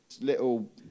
little